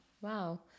Wow